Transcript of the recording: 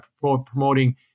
promoting